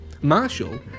Marshall